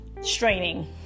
straining